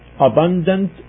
abundant